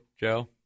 Joe